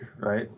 right